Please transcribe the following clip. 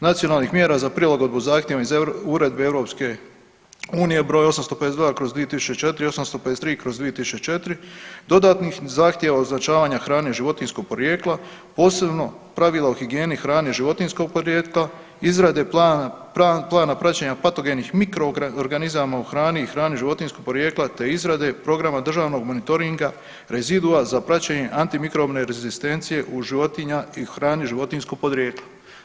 Nacionalnih mjera za prilagodbu zahtjeva iz uredbe EU broj 852./2004 i 853/2004 dodatnih zahtjeva označavanja hrane životinjskog podrijetla posebno pravila o higijeni hrane životinjskog podrijetla, izrade plana praćenja patogena mikro organizama u hrani i hrani životinjskog porijekla, te izrade programa državnog monitoringa, rezidua za praćenje antimikrobne rezistencije u životinja i u hrani životinjskog podrijetla.